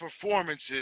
performances